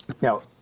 now